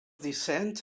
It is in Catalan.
dissenys